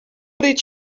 did